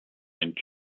and